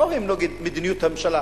לא שהם נגד מדיניות הממשלה.